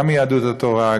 גם מיהדות התורה,